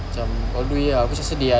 cam all the way ah aku cam sedih ah